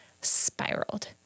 spiraled